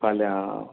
फाल्यां